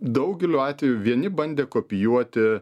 daugeliu atvejų vieni bandė kopijuoti